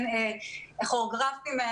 כוריאוגרפים,